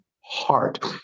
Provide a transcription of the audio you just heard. heart